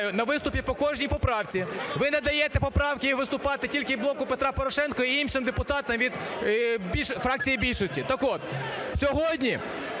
на виступі по кожній поправці. Ви надаєте поправки і виступати тільки "Блоку Петра Порошенка" і іншим депутатам від фракції більшості. Так от сьогодні,